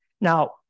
Now